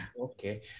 okay